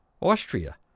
austria